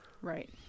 right